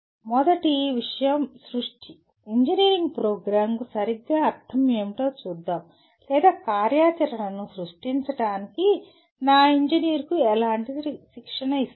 మొదటి విషయం సృష్టి ఇంజనీరింగ్ ప్రోగ్రామ్కు సరిగ్గా అర్థం ఏమిటో చూద్దాం లేదా కార్యాచరణను సృష్టించడానికి నా ఇంజనీర్కు ఎలా శిక్షణ ఇస్తాను